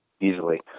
Easily